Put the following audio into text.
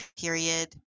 period